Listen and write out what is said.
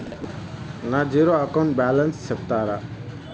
నా zero account balance సెప్తారా?